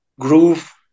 groove